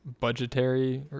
budgetary